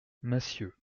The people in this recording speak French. massieux